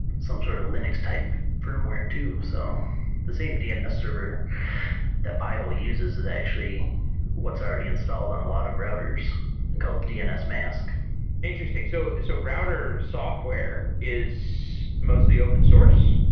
some sort of linux type firmware too. so the same dns server that pi-hole uses is actually what's already installed on a lot of routers and called dns mask interesting. so router software is mostly open-source?